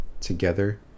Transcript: together